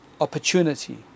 opportunity